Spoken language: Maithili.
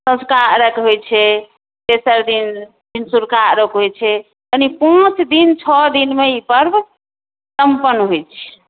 सँझुका अर्घ होइत छै तेसर दिन भिनसुरकरा अर्घ होइत छै कनी पाँच दिन छओ दिनमे ई पर्व संपन्न होइत छै